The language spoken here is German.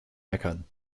meckern